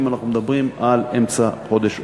אם אנחנו מדברים על אמצע חודש אוקטובר.